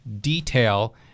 detail